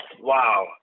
wow